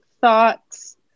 thoughts